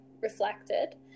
reflected